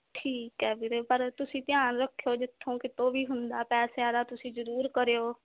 ਠੀਕ ਹੈ ਵੀਰੇ ਪਰ ਤੁਸੀਂ ਧਿਆਨ ਰੱਖਿਓ ਜਿੱਥੋਂ ਕਿਤੋਂ ਵੀ ਹੁੰਦਾ ਪੈਸਿਆਂ ਦਾ ਤੁਸੀਂ ਜ਼ਰੂਰ ਕਰਿਓ